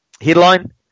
headline